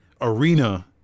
arena